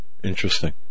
Interesting